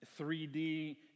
3D